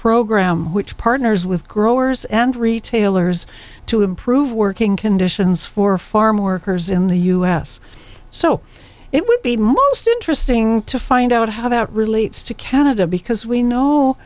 program which partners with growers and retailers to improve working conditions for farm workers in the u s so it would be most interesting to find out how that relates to canada because we kno